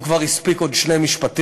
והוא כבר הספיק לומר עוד שני משפטים.